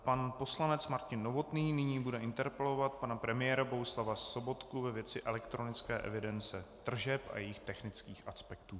Pan poslanec Martin Novotný nyní bude interpelovat pana premiéra Bohuslava Sobotku ve věci elektronické evidence tržeb a jejích technických aspektů.